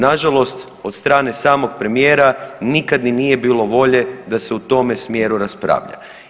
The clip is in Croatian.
Nažalost od strane samog premijera nikad i nije bilo volje da se u tome smjeru raspravlja.